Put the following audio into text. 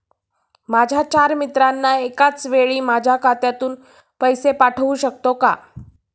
माझ्या चार मित्रांना एकाचवेळी माझ्या खात्यातून पैसे पाठवू शकतो का?